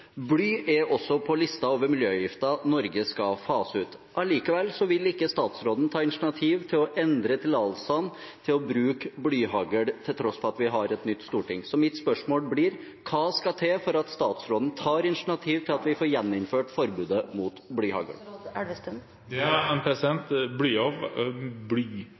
Bly er også på listen over miljøgifter Norge skal fase ut. Allikevel vil ikke statsråden ta initiativ til å endre tillatelsene til å bruke blyhagl, til tross for at vi har et nytt storting. Så mitt spørsmål blir: Hva skal til for at statsråden tar initiativ til at vi får gjeninnført forbudet mot blyhagl? Bly er en av